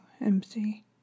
empty